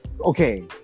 Okay